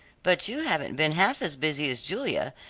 but you haven't been half as busy as julia,